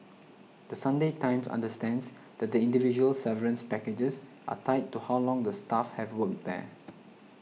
The Sunday Times understands that the individual severance packages are tied to how long the staff have worked there